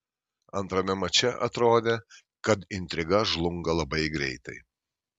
antrame mače atrodė kad intriga žlunga labai greitai